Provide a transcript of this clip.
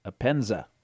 Appenza